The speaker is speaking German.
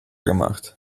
gemacht